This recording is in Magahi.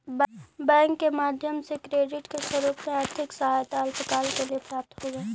बैंक के माध्यम से क्रेडिट के रूप में आर्थिक सहायता अल्पकाल के लिए प्राप्त होवऽ हई